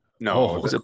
No